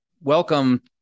Welcome